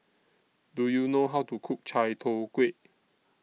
Do YOU know How to Cook Chai Tow Kway